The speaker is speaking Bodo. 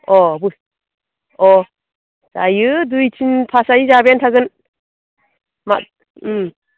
अ अ जायो दुइ तिन फास जायो जाबायानो थागोन मा